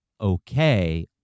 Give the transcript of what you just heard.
okay